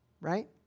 right